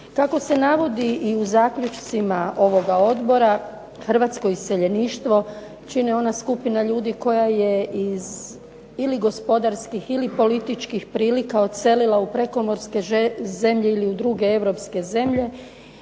Kako se navodi i u zaključcima ovoga odbora hrvatsko iseljeništvo čine ona skupina ljudi koja je iz ili gospodarskih ili političkih prilika odselila u prekomorske zemlje ili u druge europske zemlje,